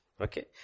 Okay